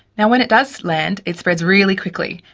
and when it does land it spreads really quickly,